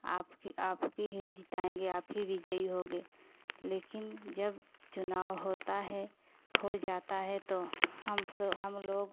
आपकी आपके ही जिताएँगे आप ही विजयी होंगे लेकिन जब चुनाव होता है हो जाता है तो हम सो हम लोग